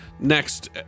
next